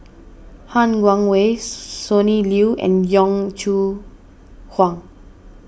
Han Guangwei Sonny Liew and Yong Shu Hoong